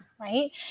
right